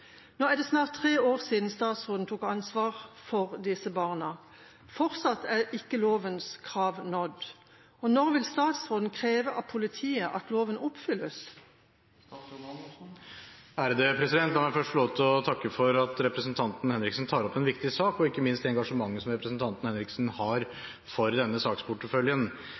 Nå er det snart 3 år siden statsråden tok over ansvaret for disse barna. Fortsatt er ikke lovens krav nådd. Når vil statsråden kreve av politiet at loven oppfylles?» La meg først få lov til å takke for at representanten Henriksen tar opp en viktig sak, og også for engasjementet som representanten Henriksen har for denne saksporteføljen